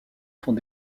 font